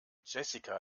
jessica